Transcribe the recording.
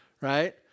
right